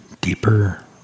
deeper